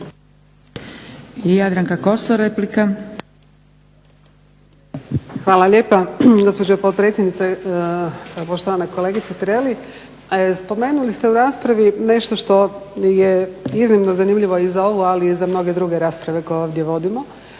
Hvala lijepa. Gospođo potpredsjednice, poštovana kolegice Tireli. Spomenuli ste u raspravi nešto što je iznimno zanimljivo i za ovu ali i za mnoge druge rasprave koje ovdje vodimo